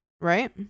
Right